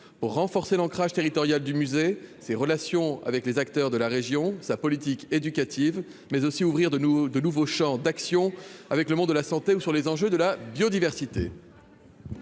pour renforcer l'ancrage territorial du musée, ses relations avec les acteurs de la région, sa politique éducative mais aussi ouvrir de nouveaux de nouveaux champs d'action avec le nom de la santé ou sur les enjeux de la biodiversité.